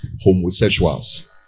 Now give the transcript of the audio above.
homosexuals